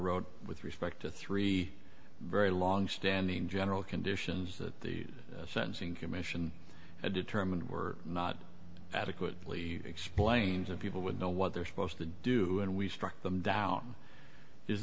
road with respect to three very long standing general conditions that the sentencing commission determined were not adequately explained that people would know what they're supposed to do and we struck them down is